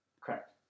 Correct